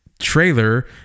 trailer